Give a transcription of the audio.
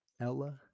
Ella